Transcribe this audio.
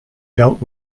dealt